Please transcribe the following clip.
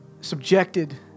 subjected